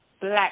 black